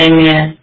Amen